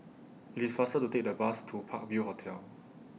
IT IS faster to Take The Bus to Park View Hotel